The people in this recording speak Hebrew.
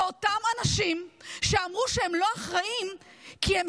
זה אותם אנשים שאמרו שהם לא אחראים כי הם